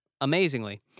amazingly